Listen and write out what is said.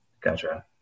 gotcha